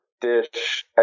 dish